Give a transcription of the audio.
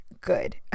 good